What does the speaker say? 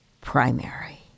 primary